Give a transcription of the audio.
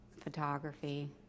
photography